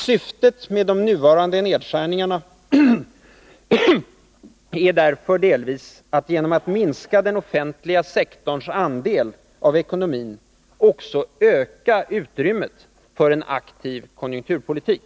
Syftet med de nuvarande nedskärningarna är därför delvis att genom att minska den offentliga sektorns andel av ekonomin också öka utrymmet för en aktiv konjunkturpolitik.